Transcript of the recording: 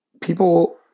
people